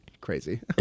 crazy